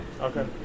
okay